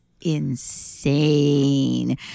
insane